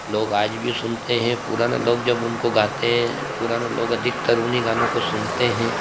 लोग आज भी सुनते हैं पुराना लोग जब उनको गाते हैं पुराना लोग अधिकतर उन्ही गानों को सुनते हैं